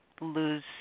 lose